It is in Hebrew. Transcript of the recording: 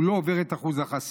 היא לא עוברת את אחוז החסימה.